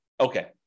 Okay